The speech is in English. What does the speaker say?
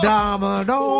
Domino